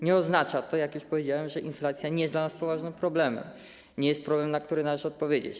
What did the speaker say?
Nie oznacza to, tak jak już powiedziałem, że inflacja nie jest dla nas poważnym problemem, nie jest problemem, na który należy odpowiedzieć.